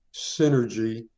synergy